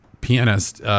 pianist